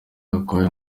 gakwaya